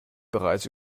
bereits